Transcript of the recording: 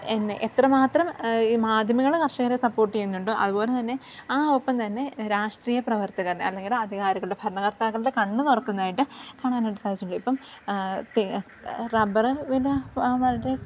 എന്നെ എത്രമാത്രം ഈ മാധ്യമങ്ങൾ കർഷകരെ സപ്പോർട്ട് ചെയ്യുന്നുണ്ടോ അതുപോലെ തന്നെ ആ ഒപ്പം തന്നെ രാഷ്ട്രീയ പ്രവർത്തകരുടെ അല്ലെങ്കിൽ അധികാരികളുടെ ഭരണകർത്താക്കളുടെ കണ്ണ് തുറക്കുന്നതായിട്ട് കാണാനായിട്ട് സാധിച്ചിട്ടുണ്ട് ഇപ്പം റബ്ബറ് പിന്നെ വളരെ